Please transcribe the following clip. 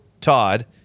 Todd